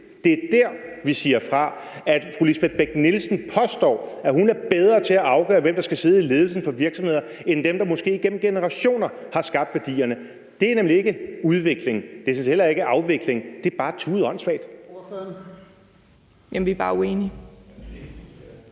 Det er der, vi siger fra, når fru Lisbeth Bech-Nielsen påstår, at hun er bedre til at afgøre, hvem der skal sidde i ledelsen af virksomheder end dem, der måske igennem generationer har skabt værdierne. Det er nemlig ikke udvikling, det er sådan set heller ikke afvikling – det er bare tude åndssvagt. Kl. 14:18 Fjerde